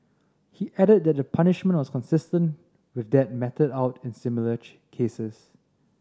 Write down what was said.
he added that the punishment was consistent with that meted out in similar cases